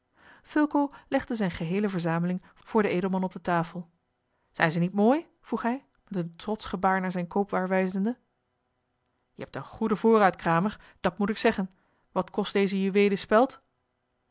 legde zijne geheele verzameling voor den edelman op de tafel zijn ze niet mooi vroeg hij met een trotsch gebaar naar zijne koopwaar wijzende je hebt een goeden voorraad kramer dat moet ik zeggen wat kost deze juweelen speld